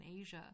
Asia